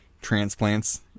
transplants